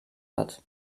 hat